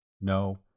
No